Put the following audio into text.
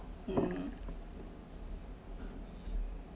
mm